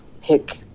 pick